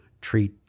treat